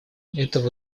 этого